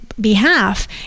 behalf